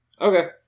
Okay